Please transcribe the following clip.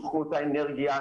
סוכנות האנרגיה,